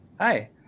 Hi